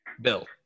Bill